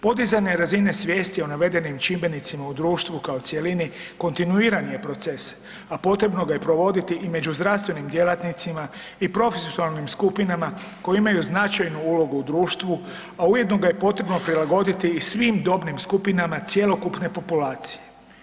Podizanje razine svijesti o navedenim čimbenicima u društvu kao cjelini kontinuiran je proces, a potrebno ga je provoditi i među zdravstvenim djelatnicima i profesionalnim skupinama koje imaju značajnu ulogu u društvu, a ujedno ga je potrebno prilagoditi i svim dobnim skupinama cjelokupne populacije.